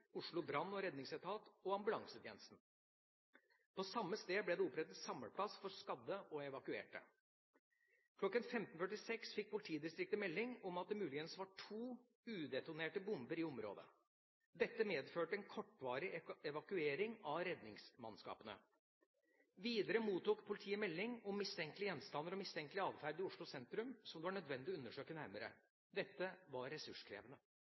Oslo brann- og redningsetat og ambulansetjenesten. På samme sted ble det opprettet samleplass for skadde og evakuerte. Kl. 15.46 fikk politidistriktet melding om at det muligens var to udetonerte bomber i området. Dette medførte en kortvarig evakuering av redningsmannskapene. Videre mottok politiet meldinger om mistenkelige gjenstander og mistenkelig atferd i Oslo sentrum som det var nødvendig å undersøke nærmere. Dette var ressurskrevende.